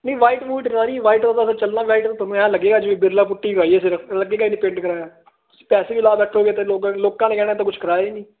ਨਹੀਂ white white ਤਾਂ ਨਹੀਂ ਵਾਈਟ ਦਾ ਤਾਂ ਫਿਰ ਚੱਲਣਾ ਵਾਈਟ ਤਾਂ ਤੁਹਾਨੂੰ ਐਂ ਲੱਗੇਗਾ ਜਿਵੇਂ ਬਿਰਲਾ ਪੁੱਟੀ ਕਰਵਾਈ ਹੈ ਸਿਰਫ ਲਗੇਗਾ ਹੀ ਨਹੀਂ ਪੇਂਟ ਕਰਵਾਇਆ ਪੈਸੇ ਵੀ ਲਾ ਬੈਠੋਗੇ ਅਤੇ ਲੋਕ ਲੋਕਾਂ ਨੇ ਕਹਿਣਾ ਇਹ ਤਾਂ ਕੁਛ ਕਰਵਾਇਆ ਹੀ ਨਹੀਂ